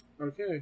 Okay